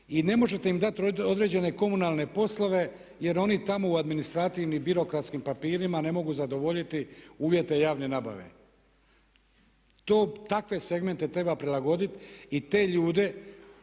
i ne možete im dati određene komunalne poslove jer oni tamo u administrativnim i birokratskim papirima ne mogu zadovoljiti uvjete javne nabave. Takve segmente treba prilagoditi i te ljude